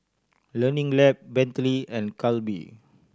Learning Lab Bentley and Calbee